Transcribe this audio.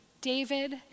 David